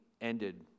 ended